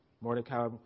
Mordecai